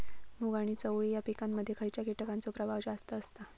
मूग आणि चवळी या पिकांमध्ये खैयच्या कीटकांचो प्रभाव जास्त असता?